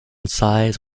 size